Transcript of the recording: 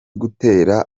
gutera